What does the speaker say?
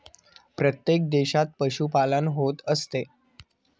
प्रत्येक देशात पशुपालन होत असते